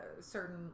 certain